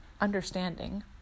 understanding